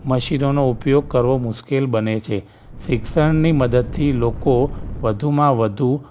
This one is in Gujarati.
મશીનોનો ઉપયોગ કરવો મુશ્કેલ બને છે શિક્ષણની મદદથી લોકો વધુમાં વધુ